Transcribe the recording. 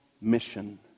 mission